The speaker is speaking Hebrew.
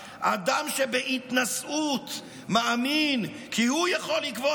אדם שבהתנשאות מאמין כי הוא יכול לקבוע